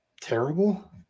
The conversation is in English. terrible